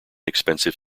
expensive